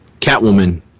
Catwoman